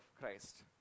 Christ